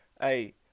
Hey